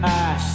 ash